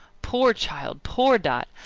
poor child! poor dot!